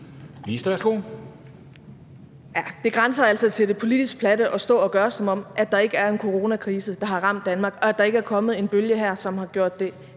Det grænser altså til det politisk platte at stå at gøre, som om der ikke er en coronakrise, der har ramt Danmark, og at der ikke er kommet en bølge her, som har gjort det